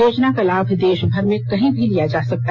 योजना का लाभ देशभर में कहीं भी लिया जा सकेगा